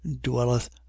dwelleth